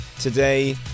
Today